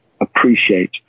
appreciate